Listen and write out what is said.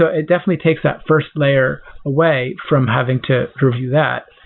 ah it definitely takes that first layer away from having to prove you that.